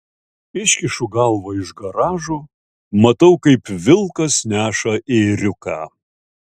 iškišu galvą iš garažo matau kaip vilkas neša ėriuką